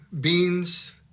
beans